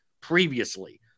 previously